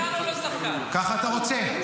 ככה אתה רוצה.